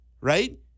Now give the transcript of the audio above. right